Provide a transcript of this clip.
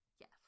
Yes